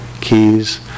keys